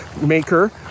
maker